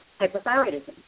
hypothyroidism